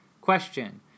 Question